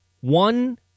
One